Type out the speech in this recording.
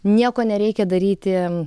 nieko nereikia daryti